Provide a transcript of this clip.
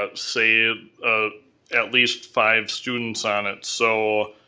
ah say ah at least five students on it. so,